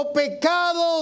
pecado